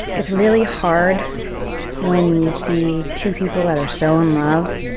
it's really hard when you see two people that are so in love